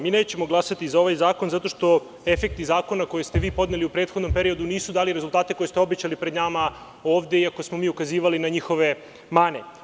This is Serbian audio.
Mi nećemo glasati za ovaj zakon zato što efekti zakona koji ste vi podneli u prethodnom periodu nisu dali rezultate koji ste obećali pred nama ovde iako smo mi ukazivali na njihove mane.